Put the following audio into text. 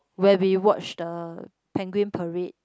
where we watch the penguin parade